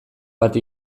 bat